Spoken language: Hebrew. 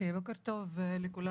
בוקר טוב לכולם.